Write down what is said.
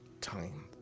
time